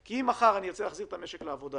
מחר אני ארצה להחזיר את המשק לעבודה